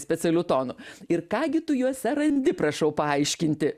specialiu tonu ir ką gi tu juose randi prašau paaiškinti